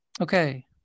Okay